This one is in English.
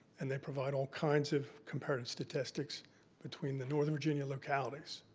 and they provide all kinds of comparative statistics between the northern virginia localities.